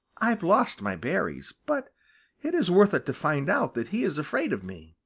i've lost my berries, but it is worth it to find out that he is afraid of me.